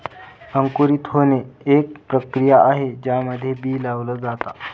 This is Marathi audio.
अंकुरित होणे, एक प्रक्रिया आहे ज्यामध्ये बी लावल जाता